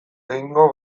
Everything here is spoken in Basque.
egingo